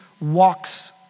walks